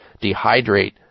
dehydrate